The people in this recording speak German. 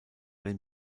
den